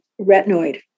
retinoid